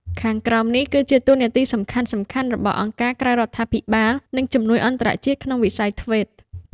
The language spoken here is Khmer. ខាងក្រោមនេះគឺជាតួនាទីសំខាន់ៗរបស់អង្គការក្រៅរដ្ឋាភិបាល និងជំនួយអន្តរជាតិក្នុងវិស័យ ធ្វេត TVET។